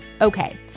Okay